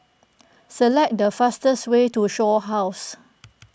select the fastest way to Shaw House